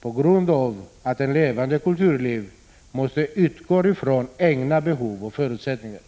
på grund av att ett levande kulturliv måste utgå ifrån egna behov och förutsättningar.